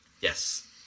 Yes